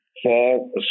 Fall